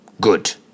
Good